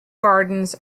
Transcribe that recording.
gardens